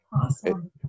Awesome